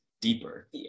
deeper